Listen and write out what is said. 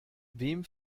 wem